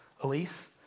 Elise